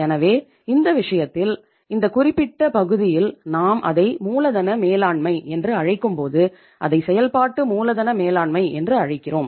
எனவே இந்த விஷயத்தில் இந்த குறிப்பிட்ட பகுதியில் நாம் அதை மூலதன மேலாண்மை என்று அழைக்கும்போது அதை செயல்பாட்டு மூலதன மேலாண்மை என்று அழைக்கிறோம்